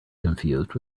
confused